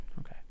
Okay